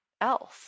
else